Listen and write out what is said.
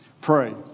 Pray